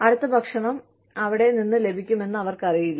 അടുത്ത ഭക്ഷണം എവിടെ നിന്ന് ലഭിക്കുമെന്ന് അവർക്കറിയില്ല